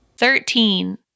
Thirteen